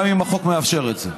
גם אם החוק מאפשר את זה.